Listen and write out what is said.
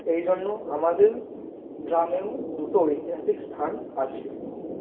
এই জন্য আমাদের গ্রামেও দুটো ঐতিহাসিক স্থান আছে